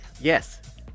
Yes